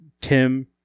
Tim